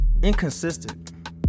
Inconsistent